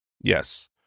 Yes